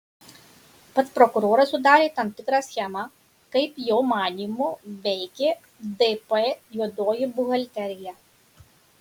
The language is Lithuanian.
pats prokuroras sudarė tam tikrą schemą kaip jo manymu veikė dp juodoji buhalterija